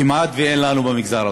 כמעט אין לנו במגזר הדרוזי,